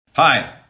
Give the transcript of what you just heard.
Hi